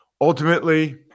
Ultimately